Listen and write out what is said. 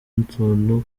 n’utuntu